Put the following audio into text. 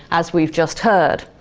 as we've just heard.